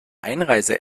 einreise